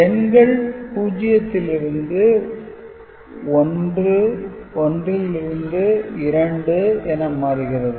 எண்கள் 0 லிருந்து 1 லிருந்து 2 என மாறுகிறது